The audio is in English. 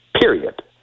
period